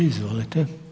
Izvolite.